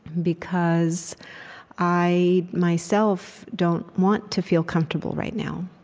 because i, myself, don't want to feel comfortable right now.